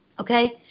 Okay